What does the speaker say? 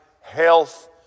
Health